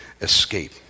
escape